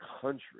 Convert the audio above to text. country